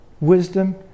Wisdom